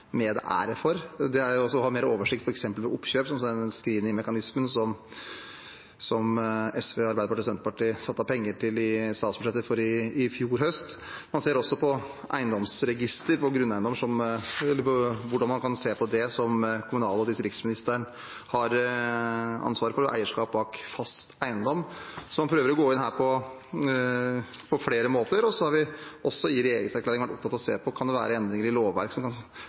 for, f.eks. å ha mer oversikt ved oppkjøp, som den screeningmekanismen SV, Arbeiderpartiet og Senterpartiet satte av penger til i statsbudsjettet i fjor høst. Man ser også på eiendomsregister på grunneiendommer, som kommunal- og distriktsministeren har ansvar for, og eierskap bak fast eiendom. Så man prøver her å gå inn på flere måter. Vi har også i regjeringserklæringen vært opptatt av å se på om det kan være endringer i lovverket som kan